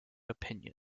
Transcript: opinions